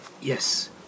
yes